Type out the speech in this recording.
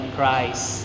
Christ